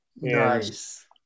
nice